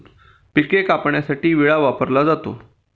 पिके कापण्यासाठी विळा वापरला जातो